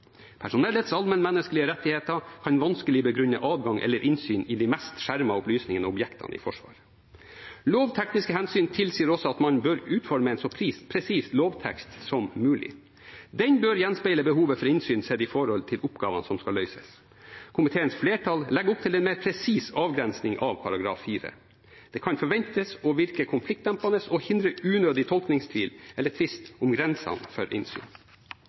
Personellets allmennmenneskelige rettigheter kan vanskelig begrunne adgang til eller innsyn i de mest skjermede opplysningene og objektene i Forsvaret. Lovtekniske hensyn tilsier også at man bør utforme en så presis lovtekst som mulig. Den bør gjenspeile behovet for innsyn sett i forhold til oppgavene som skal løses. Komiteens flertall legger opp til en mer presis avgrensning av § 4. Det kan forventes å virke konfliktdempende og hindre unødig tolkningstvil eller tvist om grensene for innsyn.